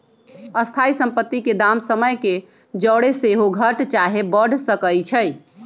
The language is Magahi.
स्थाइ सम्पति के दाम समय के जौरे सेहो घट चाहे बढ़ सकइ छइ